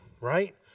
right